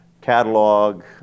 catalog